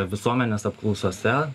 visuomenės apklausose